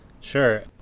Sure